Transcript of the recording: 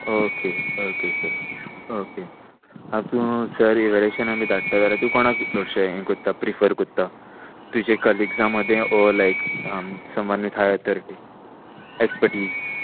okay okay sir okay हांव तूं sir इवेलेशना बी धाडटा जाल्यार तूं कोणाक चडशें हें कोत्ता प्रिफर कोत्ता तुजे कलिग्जा मदें or like someone with high authority expertise